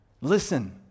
Listen